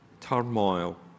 Turmoil